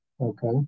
okay